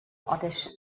audition